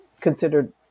considered